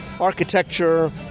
architecture